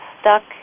stuck